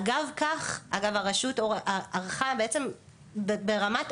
אגב כך הרשות ערכה ניתוח תחרותי ברמת